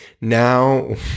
Now